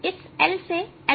यह LL से cut जाएगा